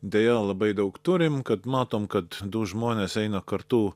deja labai daug turim kad matom kad du žmonės eina kartu